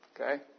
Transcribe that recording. Okay